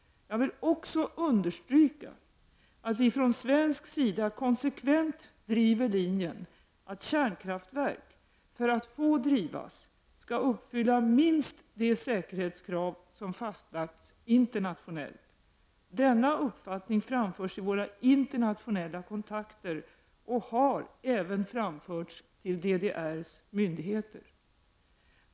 Jag vill också understryka att vi från svensk sida konsekvent driver linjen att kärnkraftverk, för att få drivas, skall uppfylla minst de säkerhetskrav som fastlagts internationellt. Denna uppfattning framförs i våra internationella kontakter och har även framförts till DDR:s myndigheter.